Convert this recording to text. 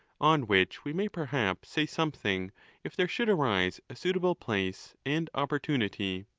on which we may perhaps say something if there should arise a suitable place and opportunity.